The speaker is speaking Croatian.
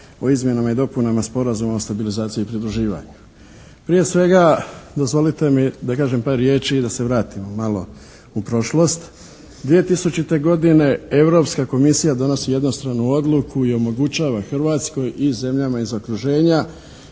o izmjenama i dopunama Sporazuma o stabilizaciji i pridruživanju. Prije svega dozvolite mi da kažem par riječi i da se vratim malo u prošlost. 2000. godine Europska komisija donosi jednostranu odluku i omogućava Hrvatskoj i zemljama iz okruženja